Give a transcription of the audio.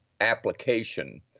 application